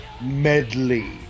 medley